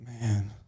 Man